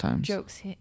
jokes